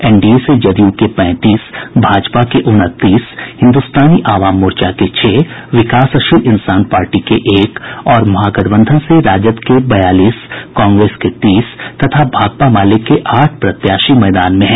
NDA से जदयू के पैंतीस भाजपा के उनतीस हिन्दुस्तानी आवाम मोर्चा के छह विकासशील इंसान पार्टी के एक और महागठबंधन से राजद के बयालीस कांग्रेस के तीस तथा भाकपा माले के आठ प्रत्याशी मैदान में हैं